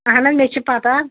اَہن حظ مےٚ چھِ پَتہ